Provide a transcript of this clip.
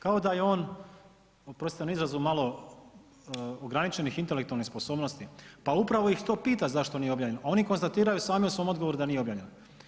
Kao da je on, oprostite na izrazu, malo ograničenih intelektualnih sposobnosti, pa upravo ih to pita zašto nije objavljen a oni konstatiraju sami o svom odgovoru da nije objavljeno.